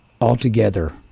altogether